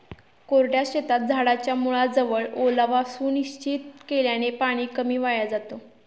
कोरड्या शेतात झाडाच्या मुळाजवळ ओलावा सुनिश्चित केल्याने पाणी कमी वाया जातं